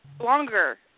longer